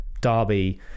Derby